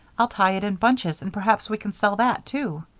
i'll tie it in bunches and perhaps we can sell that, too.